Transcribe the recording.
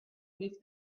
with